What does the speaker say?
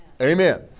Amen